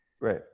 Right